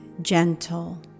gentle